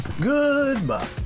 Goodbye